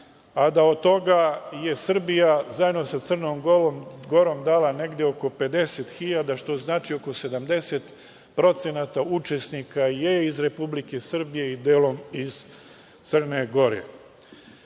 a da od toga je Srbija zajedno sa Crnom Gorom dala negde oko 50 hiljada, što znači oko 70% učesnika je iz Republike Srbije i delom iz Crne Gore. To